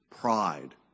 pride